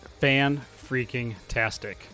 Fan-freaking-tastic